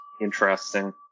interesting